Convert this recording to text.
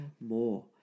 more